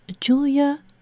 Julia